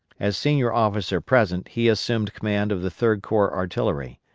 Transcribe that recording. as senior officer present he assumed command of the third corps artillery.